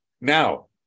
Now